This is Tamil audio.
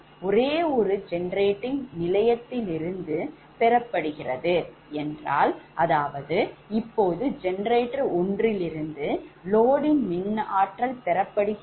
ஒரே ஒரு generating நிலையத்திலிருந்து பெறப்படுகிறது என்றால் அதாவது இப்பொழுது ஜெனரேட்டர் ஒன்றிலிருந்து loadயின் மின் ஆற்றல் பெறப்படுகிறது